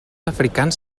africans